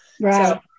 Right